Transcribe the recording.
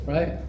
Right